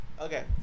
Okay